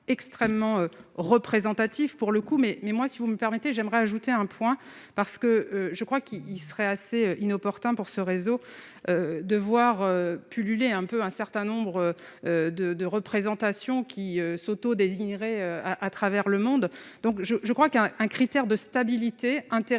extrêmement représentatif pour le coup, mais, mais, moi, si vous me permettez, j'aimerais ajouter un point parce que je crois qu'il y serait assez inopportun pour ce réseau de voir pulluler un peu un certain nombre de de représentation qui s'auto-désigneraient à travers le monde donc je je crois qu'il y a un critère de stabilité intéressants